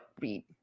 read